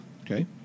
Okay